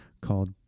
called